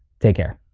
take care.